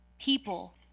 people